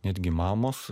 netgi mamos